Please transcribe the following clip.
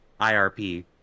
IRP